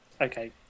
okay